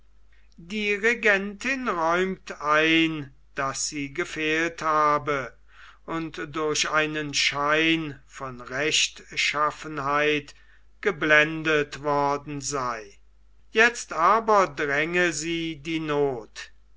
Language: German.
die regentin räumt ein daß sie gefehlt habe und durch einen schein von rechtschaffenheit geblendet worden sei jetzt aber dränge sie die noth